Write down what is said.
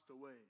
away